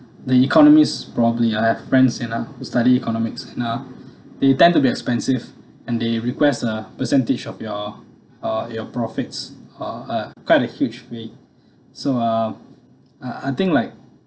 the economist probably I have friends in uh who study economics ya they tend to be expensive and they request a percentage of your ah your profits uh uh quite a huge way so uh I I think like